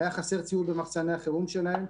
היה חסר ציוד במחסני החירום שלהן,